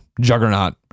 Juggernaut